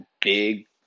big